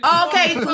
Okay